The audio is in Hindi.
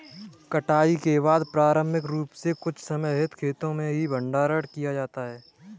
कटाई के बाद पारंपरिक रूप से कुछ समय हेतु खेतो में ही भंडारण किया जाता था